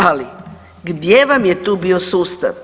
Ali, gdje vam je tu bio sustav?